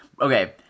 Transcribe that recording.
Okay